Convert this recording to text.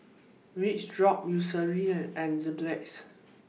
Vachodrops Eucerin and Enzyplex